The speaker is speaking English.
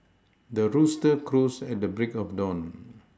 the rooster crows at the break of dawn